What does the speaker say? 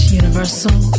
universal